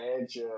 edge